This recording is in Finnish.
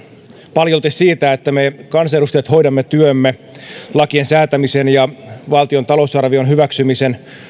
paljolti siitä että me kansanedustajat hoidamme työmme lakien säätämisen ja valtion talousarvion hyväksymisen